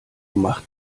macht